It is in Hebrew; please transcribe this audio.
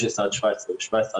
15 17 ו-17 18,